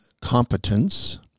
competence